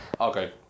Okay